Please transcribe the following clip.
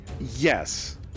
Yes